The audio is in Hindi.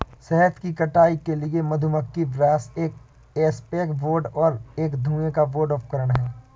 शहद की कटाई के लिए मधुमक्खी ब्रश एक एस्केप बोर्ड और एक धुएं का बोर्ड उपकरण हैं